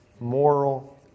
moral